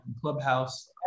clubhouse